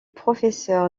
professeur